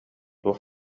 туох